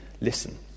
listen